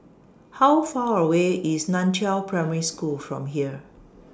How Far away IS NAN Chiau Primary School from here